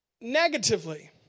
negatively